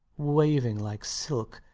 waving like silk.